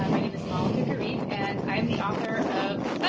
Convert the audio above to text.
um my name is malaka gharib, and i am the author of oh,